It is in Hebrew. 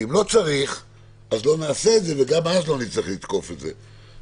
ואם לא צריך אז לא נעשה את זה ואז גם לא נצטרך לתקוף את זה.